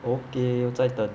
okay 我在等